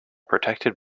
protected